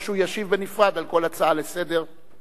או שהוא ישיב בנפרד על כל הצעה לסדר-היום.